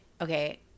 okay